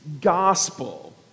gospel